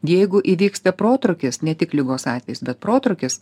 jeigu įvyksta protrūkis ne tik ligos atvejis bet protrūkis